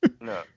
no